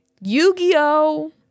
Yu-Gi-Oh